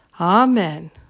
amen